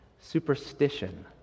superstition